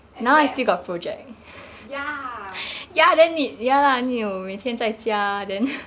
everyday at home ya